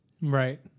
Right